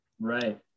Right